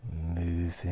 moving